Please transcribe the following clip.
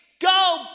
Go